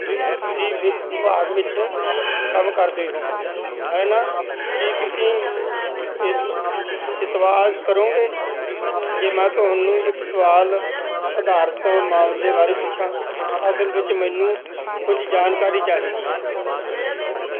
ਰਿਤੂ ਤੁਸੀਂ ਵਿੱਤ ਵਿਭਾਗ ਵਿੱਚ ਕੰਮ ਕਰਦੇ ਹੋ ਹੈ ਨਾ ਕੀ ਤੁਸੀਂ ਇਤਵਾਜ਼ ਕਰੋਗੇ ਜੇ ਮੈਂ ਤੁਹਾਨੂੰ ਇੱਕ ਸਵਾਲ ਅਧਾਰਤ ਮਾਮਲੇ ਬਾਰੇ ਪੁੱਛਾਂ ਅਸਲ ਵਿੱਚ ਮੈਨੂੰ ਕੁਝ ਜਾਣਕਾਰੀ ਚਾਹੀਦੀ ਹੈ